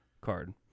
card